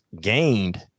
gained